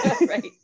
Right